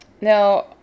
now